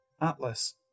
Atlas